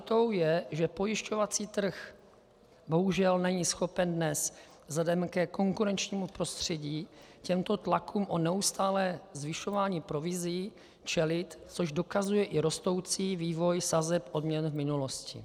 Realitou je, že pojišťovací trh bohužel není schopen dnes vzhledem ke konkurenčnímu prostředí těmto tlakům o neustálé zvyšování provizí čelit, což dokazuje i rostoucí vývoj sazeb odměn v minulosti.